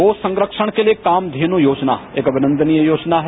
गो संरक्षण के लिये कामधेन योजना एक अमिनन्दनीय योजना है